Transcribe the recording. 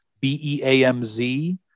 B-E-A-M-Z